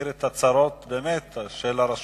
מכיר את הצרות של הרשויות.